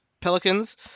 Pelicans